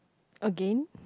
again